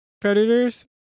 predators